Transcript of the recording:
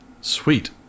Sweet